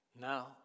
now